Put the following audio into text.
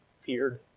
feared